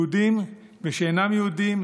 יהודים ושאינם יהודים,